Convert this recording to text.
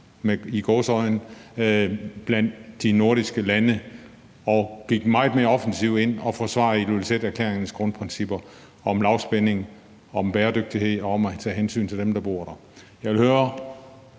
i gåseøjne – blandt de nordiske lande og gik meget mere offensivt ind og forsvarede Ilulissaterklæringens grundprincipper om lavspænding, om bæredygtighed og om at tage hensyn til dem, der bor i Arktis. Jeg vil høre